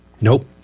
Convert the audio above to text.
Nope